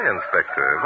Inspector